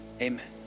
amen